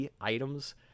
items